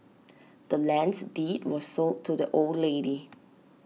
the land's deed was sold to the old lady